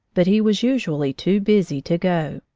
but he was usually too busy to go,